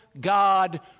God